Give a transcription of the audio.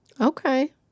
Okay